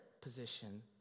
position